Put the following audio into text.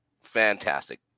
fantastic